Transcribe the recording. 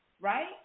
right